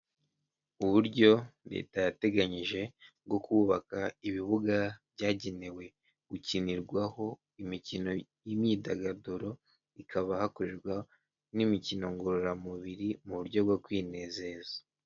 Uburyo leta yateganyije bwo kubaka ibibuga byagenewe gukinirwaho imikino y'imyidagaduro, ikaba hakorwa n'imikino ngororamubiri mu buryo bwo kwinezeza.